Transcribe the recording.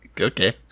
Okay